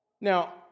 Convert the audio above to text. Now